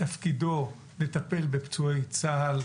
תפקידו הוא לטפל בפצועי צה"ל.